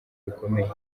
bikomeye